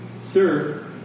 Sir